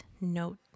note